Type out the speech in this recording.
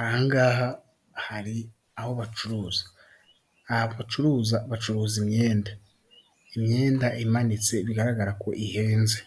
Ahangaha hari aho bacuruza, aha abacuruza bacuruza imyenda, imyenda imanitse bigaragara ko ihenze